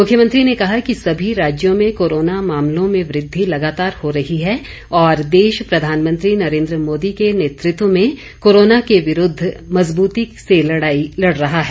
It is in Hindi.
मुख्यमंत्री ने कहा कि सभी राज्यों में कोरोना मामलों में वृद्धि लगातार हो रही है और देश प्रधानमंत्री नरेंद्र मोदी के नेतृत्व में कोरोना के विरूद्व मजबूती से लड़ाई लड़ रहा है